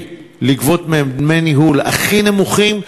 לגבות מהם את דמי הניהול הכי נמוכים,